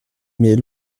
mais